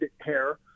hair